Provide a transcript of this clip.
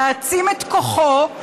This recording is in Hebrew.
להעצים את כוחו,